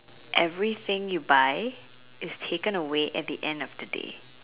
everything you buy is taken away at the end of the day